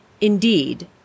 Indeed